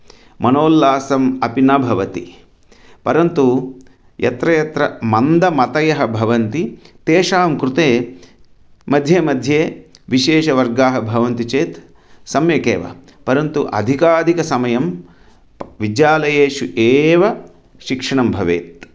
मनोल्लासम् अपि न भवति परन्तु यत्र यत्र मन्दमतयः भवन्ति तेषां कृते मध्ये मध्ये विशेषाः वर्गाः भवन्ति चेत् सम्यक् एव परन्तु अधिकाधिकं समयं प विद्यालयेषु एव शिक्षणं भवेत्